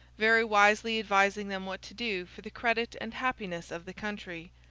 very wisely advising them what to do for the credit and happiness of the country.